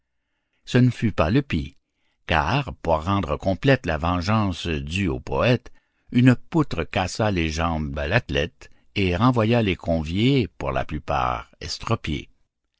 ce ne fut pas le pis car pour rendre complète la vengeance due au poète une poutre cassa les jambes à l'athlète et renvoya les conviés pour la plupart estropiés